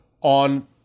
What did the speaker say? on